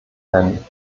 nennen